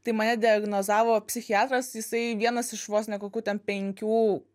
tai mane diagnozavo psichiatras jisai vienas iš vos ne kokių ten penkių